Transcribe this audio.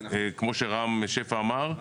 כמו שאמר רם שפע,